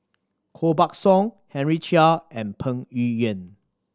Koh Buck Song Henry Chia and Peng Yuyun